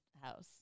House